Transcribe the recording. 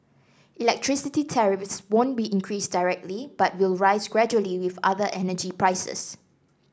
electricity tariffs won't be increased directly but will rise gradually with other energy prices